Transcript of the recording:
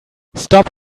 stop